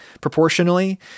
proportionally